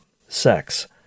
sex